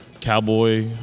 Cowboy